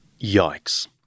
Yikes